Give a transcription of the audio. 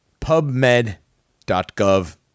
pubmed.gov